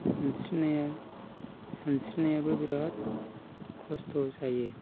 सानस्रिनायाबो बिराद खस्त' जायो